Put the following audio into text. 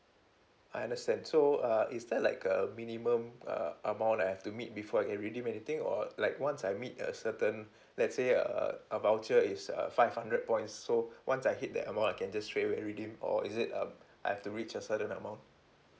I understand so uh is there like a minimum uh amount I have to meet before I can redeem anything or like once I meet a certain let's say err a voucher is a five hundred points so once I hit that amount I can just straightaway redeem or is it um I've to reach a certain amount